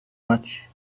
much